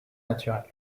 naturel